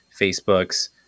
Facebooks